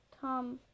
Tom